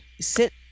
sit